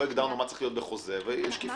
יש שקיפות.